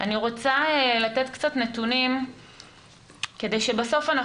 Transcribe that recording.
אני רוצה לתת קצת נתונים כדי שבסוף גם